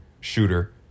shooter